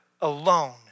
alone